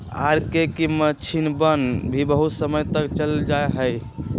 R K K मक्षिणवन भी बहुत समय तक चल जाहई